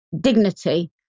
dignity